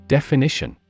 Definition